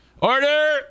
Order